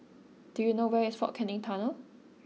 do you know where is Fort Canning Tunnel